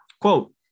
Quote